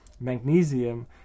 Magnesium